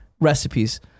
recipes